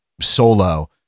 solo